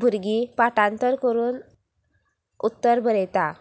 भुरगीं पाठांतर करून उत्तर बरयता